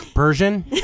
Persian